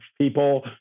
people